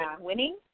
winning